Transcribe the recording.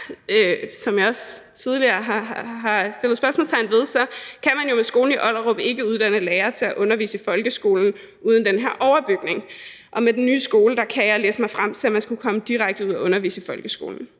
hvad jeg også tidligere har stillet spørgsmål om, på skolen i Ollerup ikke uddanne lærere til at undervise i folkeskolen uden den her overbygning. Og med den nye skole kan jeg læse mig frem til at man skulle kunne komme direkte ud og undervise i folkeskolen.